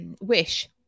wish